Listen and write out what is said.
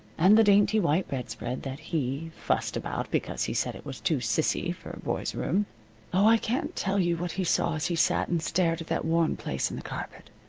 and the dainty white bedspread that he, fussed about because he said it was too sissy for a boy's room oh, i can't tell you what he saw as he sat and stared at that worn place in the carpet.